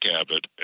Abbott